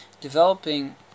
developing